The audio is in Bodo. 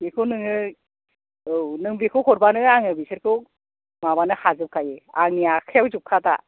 बेखौ नोङो औ नों बेखौ हरबानो आङो बिसोरखौ माबानो हाजोबखायो आंनि आखाइयाव जोबखा दा